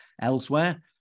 Elsewhere